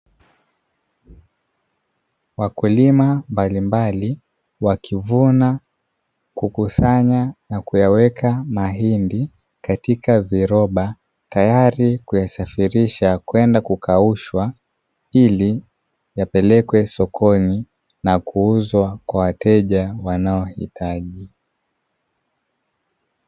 Wakulima mbalimbali wakivuna, kukusanya na kuyaweka mahindi katika viroba, tayari kuyasafirisha kwenda kukaushwa ili yapelekwe sokoni na kuuzwa kwa wateja wanaohitaji.